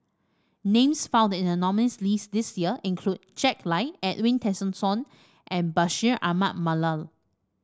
names found in the nominees list this year include Jack Lai Edwin Tessensohn and Bashir Ahmad Mallal